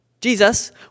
Jesus